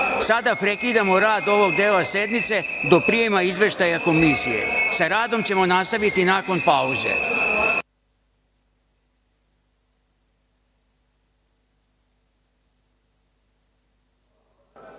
I.Sada prekidamo rad ovog dela sednice do prijema izveštaja Komisije. Sa radom ćemo nastaviti nakon pauze.(Posle